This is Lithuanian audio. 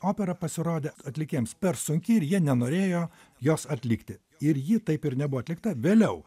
opera pasirodė atlikėjams per sunki ir jie nenorėjo jos atlikti ir ji taip ir nebuvo atlikta vėliau